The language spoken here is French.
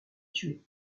tué